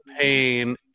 pain